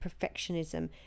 perfectionism